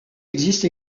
existe